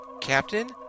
Captain